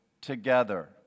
together